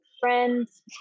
friends